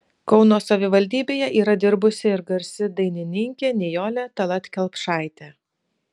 kauno savivaldybėje yra dirbusi ir garsi dainininkė nijolė tallat kelpšaitė